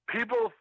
People